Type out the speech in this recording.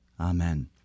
Amen